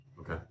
okay